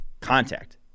contact